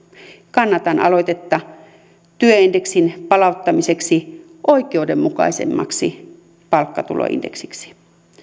kannatan aloitetta tyel indeksin palauttamiseksi oikeudenmukaisemmaksi palkkatuloindeksiksi